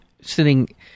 sitting